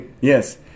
Yes